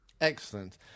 excellent